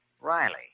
Riley